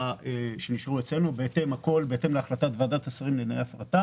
בהתאם לוועדת השרים לענייני הפרטה